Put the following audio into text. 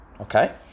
Okay